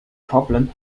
problem